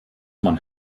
man